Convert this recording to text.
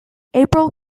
april